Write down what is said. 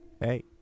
Hey